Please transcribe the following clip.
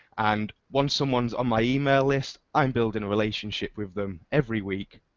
and once someone's on my email list, i'm building a relationship with them every week,